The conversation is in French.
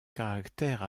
caractère